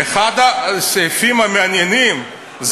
אחד הסעיפים המעניינים,